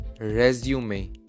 Resume